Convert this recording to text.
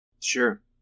Sure